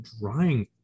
drying